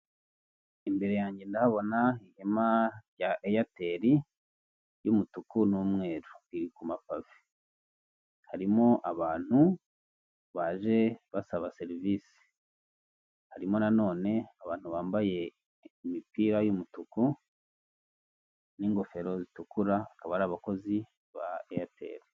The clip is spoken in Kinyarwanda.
Imbere yanjye ndabona ihema ya Airtel ry'umutuku n'umweru, riri ku mapave. Harimo abantu baje basaba service, harimo na none abantu bambaye imipira y'umutuku n'ingofero zitukura, akaba ari abakozi ba Airtel.